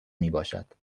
میباشد